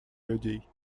людей